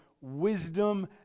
wisdom